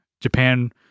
Japan